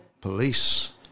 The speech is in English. police